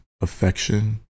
affection